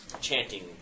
chanting